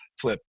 flip